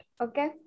Okay